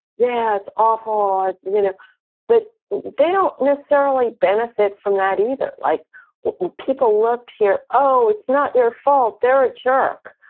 yeah, it's awful, you know but they don't necessarily benefit from that, either. like people love to hear, oh, it's not your fault, they're a jerk,